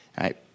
right